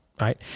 Right